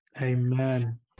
amen